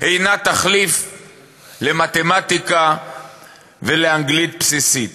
אינה תחליף למתמטיקה ולאנגלית בסיסית.